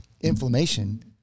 inflammation